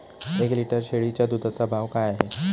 एक लिटर शेळीच्या दुधाचा भाव काय आहे?